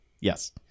Yes